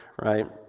right